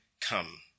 come